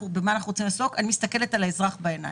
אנחנו נותנים מענה